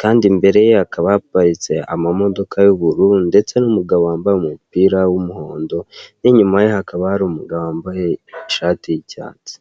kandi imbere ye hakaba haparitse amamodoka y'ubururu, ndetse n'umugabo wambaye umupira w'umuhondo n'inyuma ye hakaba hari umugabo wambaye ishati y'icyatsi.